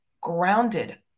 grounded